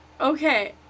Okay